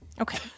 Okay